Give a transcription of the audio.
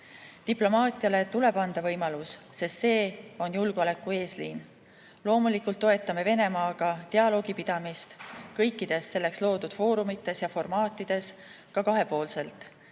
Diplomaatiale tuleb anda võimalus, sest see on julgeoleku eesliin. Loomulikult toetame Venemaaga dialoogi pidamist kõikides selleks loodud foorumites ja formaatides, ka kahepoolselt.